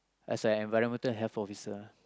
as a environmental health officer